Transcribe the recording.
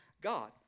God